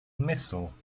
missile